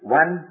one